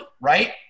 right